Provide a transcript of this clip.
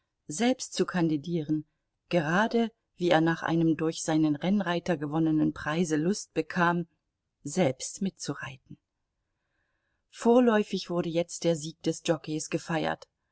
selbst zu kandidieren gerade wie er nach einem durch seinen rennreiter gewonnenen preise lust bekam selbst mitzureiten vorläufig wurde jetzt der sieg des jockeis gefeiert